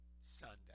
Sunday